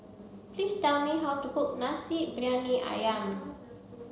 please tell me how to cook Nasi Briyani Ayam